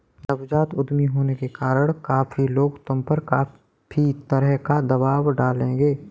नवजात उद्यमी होने के कारण काफी लोग तुम पर काफी तरह का दबाव डालेंगे